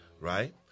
right